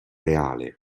reale